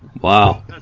Wow